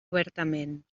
obertament